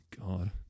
God